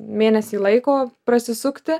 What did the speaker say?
mėnesį laiko prasisukti